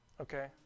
okay